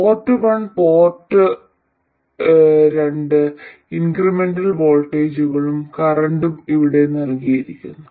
port ഒന്ന് port രണ്ട് incremental വോൾട്ടേജുകളും കറന്റുകളും ഇവിടെ നൽകിയിരിക്കുന്നു